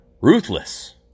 Ruthless